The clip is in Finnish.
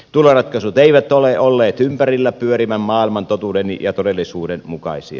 tuloratkaisut eivät ole olleet ympärillä pyörivän maailman totuuden ja todellisuuden mukaisia